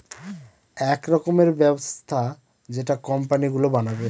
এক রকমের ব্যবস্থা যেটা কোম্পানি গুলো বানাবে